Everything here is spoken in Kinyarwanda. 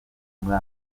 muri